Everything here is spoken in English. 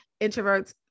introverts